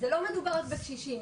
לא מדובר רק בקשישים.